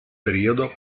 periodo